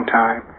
time